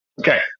Okay